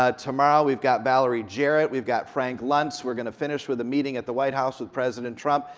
ah tomorrow, we've got valerie jarrett, we've got frank luntz. we're gonna finish with a meeting at the white house with president trump,